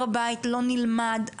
הר הבית לא נלמד.